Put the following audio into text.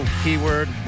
keyword